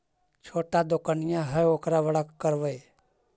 छोटा दोकनिया है ओरा बड़ा करवै?